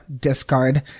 discard